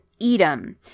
Edom